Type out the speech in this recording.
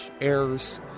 errors